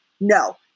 no